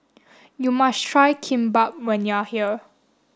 you must try Kimbap when you are here